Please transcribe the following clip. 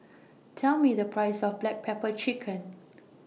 Tell Me The Price of Black Pepper Chicken